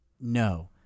No